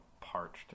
parched